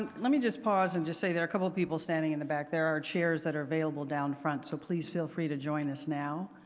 and let me just pause and just say there are a couple of people standing in the back, there are chairs that are available down front, so please feel free to join us now.